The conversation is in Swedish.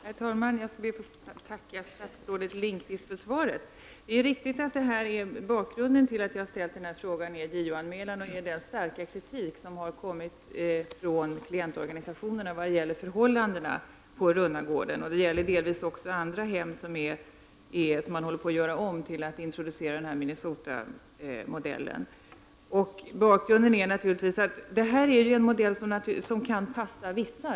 Herr talman! Jag skall be att få tacka statsrådet Lindqvist för svaret. Det är riktigt att bakgrunden till att jag har ställt frågan är en JO-anmälan och den skarpa kritik som har kommit från klientorganisationerna om förhållandena på Runnagården. Det gäller delvis också andra hem som håller på att göras om för man skall att kunna introducera Minnesota-Hazelldenmodellen. Den här metoden kan passa vissa.